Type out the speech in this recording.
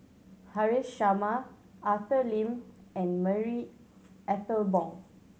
Haresh Sharma Arthur Lim and Marie Ethel Bong